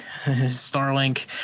Starlink